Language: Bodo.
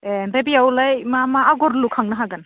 ए ओमफ्राय बेयावलाय मा मा आगर लुखांनो हागोन